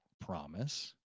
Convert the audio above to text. promise